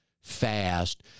fast